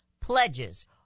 pledges